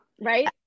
Right